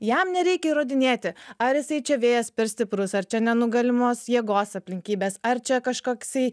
jam nereikia įrodinėti ar jisai čia vėjas per stiprus ar čia nenugalimos jėgos aplinkybės ar čia kažkoksai